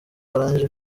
barangije